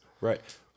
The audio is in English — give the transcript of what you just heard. Right